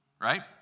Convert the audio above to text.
Right